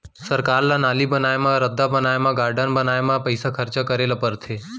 सरकार ल नाली बनाए म, रद्दा बनाए म, गारडन बनाए म पइसा खरचा करे ल परथे